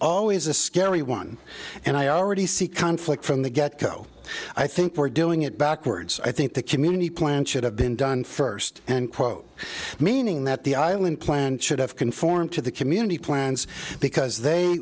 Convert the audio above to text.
always a scary one and i already see conflict from the get go i think we're doing it backwards i think the community plan should have been done first and quote meaning that the island plan should have conformed to the community plans because they